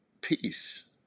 peace